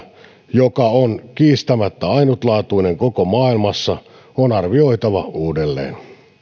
joka on kiistämättä ainutlaatuinen koko maailmassa on arvioitava uudelleen